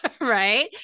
Right